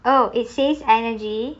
oh it saves energy